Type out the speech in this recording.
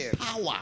Power